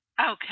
okay